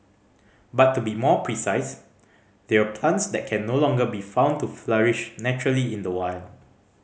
but to be more precise they're plants that can no longer be found to flourish naturally in the wild